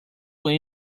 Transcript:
when